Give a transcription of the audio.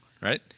right